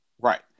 Right